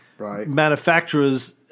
Manufacturers